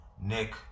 Nick